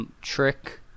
trick